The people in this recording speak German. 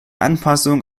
anpassung